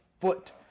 foot